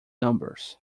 numbers